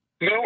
No